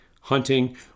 hunting